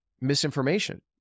misinformation